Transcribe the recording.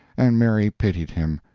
and mary pitied him,